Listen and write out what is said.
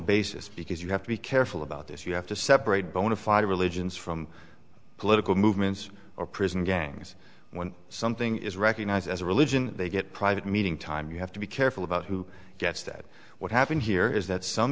basis because you have to be careful about this you have to separate bonafide religions from political movements or prison gangs when something is recognised as a religion they get private meeting time you have to be careful about who gets that what happened here is that some